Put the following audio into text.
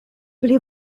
pli